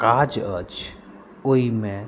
काज अछि ओहिमे